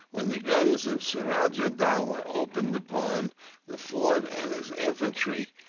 when the guns of suraja dowlah opened upon the fort and his infantry,